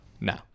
No